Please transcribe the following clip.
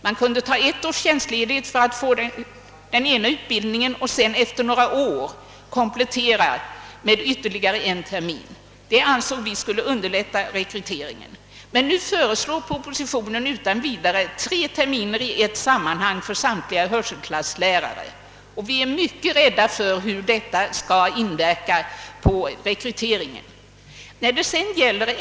Man kunde ta ett års tjänstledighet för att genomgå den ena utbildningen och sedan efter något år komplettera med ytterligare en termin. Kommittén ansåg att detta förfarande skulle underlätta rekryteringen. Nu föreslås i propositionen utan vidare tre terminer i ett sammanhang för samtliga hörselklasslärare, och vi är mycket rädda för hur detta skall inverka på rekryteringen.